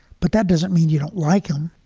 but that doesn't mean you don't like him.